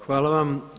Hvala vam.